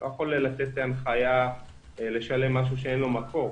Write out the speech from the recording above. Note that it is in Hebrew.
אני לא יכול לתת הנחיה לשלם על משהו שאין לו מקור.